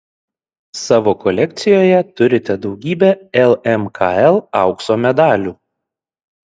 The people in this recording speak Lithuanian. savo kolekcijoje turite daugybę lmkl aukso medalių